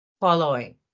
following